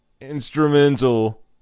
instrumental